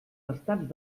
estats